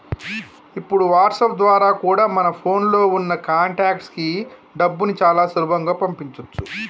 ఇప్పుడు వాట్సాప్ ద్వారా కూడా మన ఫోన్ లో ఉన్న కాంటాక్ట్స్ కి డబ్బుని చాలా సులభంగా పంపించొచ్చు